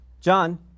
John